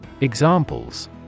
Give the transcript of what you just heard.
Examples